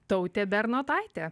tautė bernotaitė